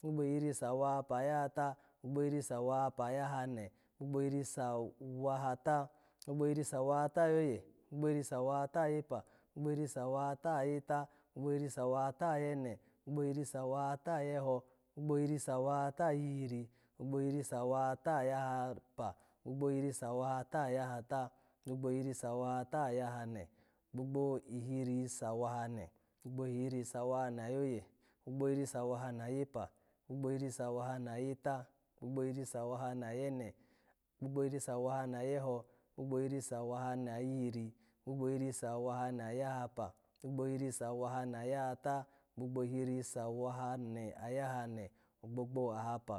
Gbogbo ihiri sawahapa ayahata, gbogbo ihiri sawahapa ayahane, gbogbo ihiri sawahata, gbogbo ihiri sawahata ayoye, gbogbo ihiri sawahata ayepa, gbogbo ihiri sawahata ayeta, gbogbo ihiri sawahata ayene, gbogbo ihiri sawahata ayeho, gbogbo ihiri sawahata ayihiri, gbogbo ihiri sawahata ayahapa, gbogbo ihiri sawahata ayahata, gbogbo ihiri sawahata ayahane, gbogbo ihiri sawahane, gbogbo ihiri sawahane ayoye, gbogbo ihiri sawahane ayepa, gbogbo ihiri sawahane ayeta, gbogbo ihiri sawahane ayene, gbogbo ihiri sawahane ayeho, gbogbo ihiri sawahane ayihiri, gbogbo ihiri sawahane ayahapa, gbogbo ihiri sawahane ayahata, gbogbo ihiri sawahane ayahane, gbogbo ahapa,